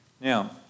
Now